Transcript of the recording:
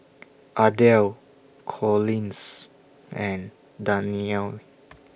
Ardell Collins and Danyelle